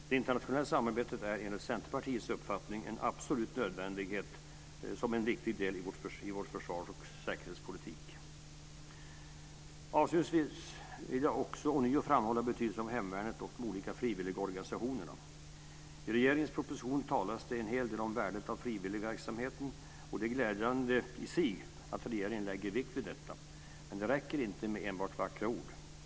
Det internationella samarbetet är enligt Centerpartiets uppfattning en absolut nödvändighet som en viktig del i vår försvars och säkerhetspolitik. Avslutningsvis vill jag ånyo framhålla betydelsen av hemvärnet och de olika frivilligorganisationerna. I regeringens proposition talas det en hel del om värdet av frivilligverksamheten, och det är glädjande i sig att regeringen lägger vikt vid detta. Men det räcker inte med enbart vackra ord.